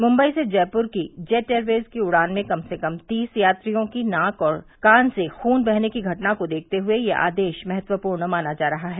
मुंबई से जयपुर की Jet Airways की उड़ान में कम से कम तीस यात्रियों के नाक और कान से खून बहने की घटना को देखते हुए यह आदेश महत्वपूर्ण माना जा रहा है